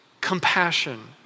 compassion